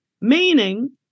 Meaning